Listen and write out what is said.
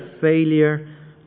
failure